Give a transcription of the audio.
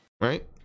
right